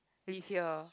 live here